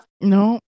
no